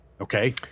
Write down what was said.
okay